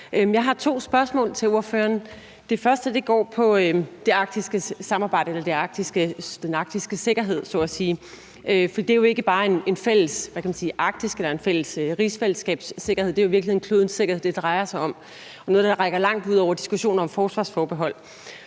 Jeg har to spørgsmål til ordføreren. Det første går på det arktiske samarbejde eller den arktiske sikkerhed så at sige, for det er jo ikke bare en fælles arktisk sikkerhed eller en rigsfællesskabssikkerhed; det er jo i virkeligheden klodens sikkerhed, det drejer sig om, og det er noget, der rækker langt ud over diskussionen om forsvarsforbehold.